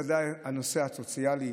זה ודאי הנושא הסוציאלי